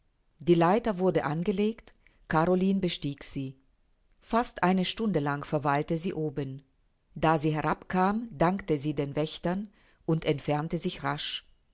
die leiter wurde angelegt caroline bestieg sie fast eine stunde lang verweilte sie oben da sie herab kam dankte sie den wächtern und entfernte sich rasch